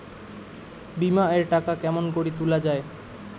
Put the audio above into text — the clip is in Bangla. বিমা এর টাকা কেমন করি তুলা য়ায়?